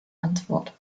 antwort